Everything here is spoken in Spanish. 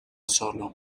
solo